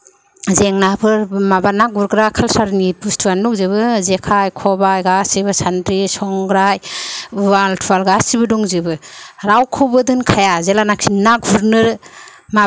जेंनाफोर माबा ना गुरग्रा कालचारनि बुस्थुआनो दंजोबो जेखाय खबाय गासिबो सानद्रि संग्राय उवाल थुवाल गासिबो दंजोबो रावखौबो दोनखाया जेला नाखि ना गुरनो